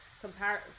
compare